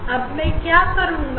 अब मैं क्या करूंगा